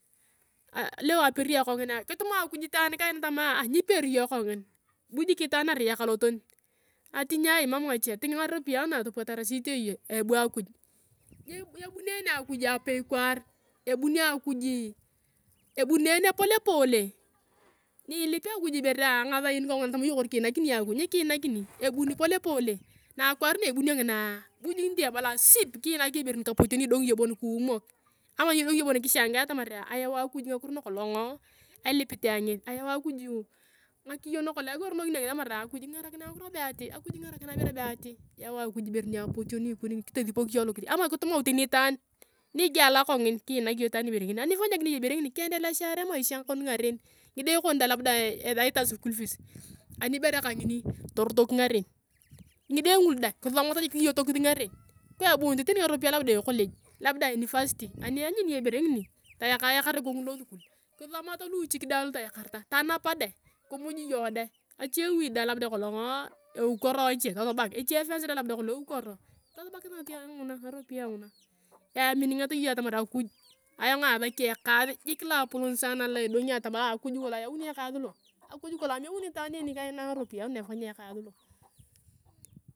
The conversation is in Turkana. Leo apera nyona kongine kitumau akuji itaan kaina tamaa nyipera iyong kongina, bu jik itaan kaina arai ekalotana ati nyai mam ngache toting ngarupiua nua topwatare, si itee iyong abu akuj. Nyebunene akuj apa kwar ebuni akuj ebunene polepole. Nyilip akuj ibore anaasau kanguna tama iyong kori kinakini iyong akuj nikinakini ebuni polepole. N a akwaar na ebunio ngina bu jik ebala siip kinak iyong ibore niaotien ni idongi iyong kiumoe ama ni idongi iyong bon kichanga tamaa ayau akuj ngakiro nakolong elipit ayong ngesi, ayau ngakiyo nakolong egoronekinin ngesi atamarea akuj kingarakinae ngakiro be ati akuj kingarakinae ibere be ati yau akuj ibore nia apotien ni ikon ngini kitospok iyong alokiding ama kitumau tani itaan nigiela kongin kinak iyong itaan ibore ingini. Ani ifanyakinei iyong ibore ngini kiendeleshirea emaisha kori ngaren ngido kon dong labda edaitae shool fees, aui bere kanaini torotok ngaren ngide ngulu dae. Kisomota jie kiuotokis ngaren kwa ebuunto tani ngaropiyae labda na ekoloj labda na university ani ianyun iyong ibore ngini losuku kisomata tuchik dae lu toyakareta tanapa dae, kimuj iyong dae. Achewi deng labda kolong eukoro wache tosubak, eche efanci deng labda kolong eukoro tosubakis ngaropiyae nguna. Iyaminingat iyong atamar akuj asakia ayong ekaas jik loapolon saana loa edongai abala akuj kolong ayauni ekaas lo, akuj kolong ameuni itaani en kaiuk ayong ngaropiyae na epanyiang ekaas lo